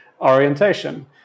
orientation